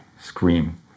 scream